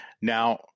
Now